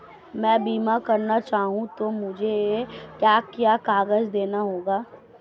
मैं बीमा करना चाहूं तो मुझे क्या क्या कागज़ देने होंगे?